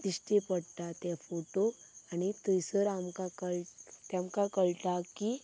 दिश्टी पडटा ते फोटो आनी थंयसर आमकां कळ तेमकां कळटा कि